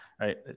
right